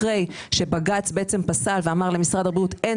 אחרי שבג"ץ פסק ואמר שלמשרד הבריאות אין